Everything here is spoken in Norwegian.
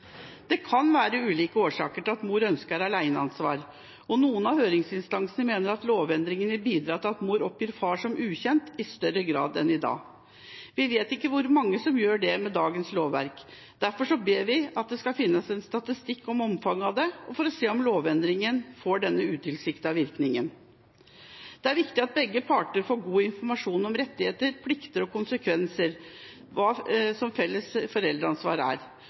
Det kan være ulike årsaker til at mor ønsker aleneansvar, og noen av høringsinstansene mener at lovendringen vil bidra til at mor oppgir far som ukjent i større grad enn i dag. Vi vet ikke hvor mange som gjør det med dagens lovverk, derfor ber vi om at det skal finnes statistikk over omfanget av det for å se om lovendringen får denne utilsiktede virkningen. Det er viktig at begge parter får god informasjon om rettigheter, plikter og konsekvenser ved felles foreldreansvar,